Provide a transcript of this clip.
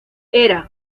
era